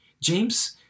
James